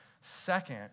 Second